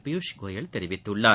பியூஷ் கோயல் தெரிவித்துள்ளார்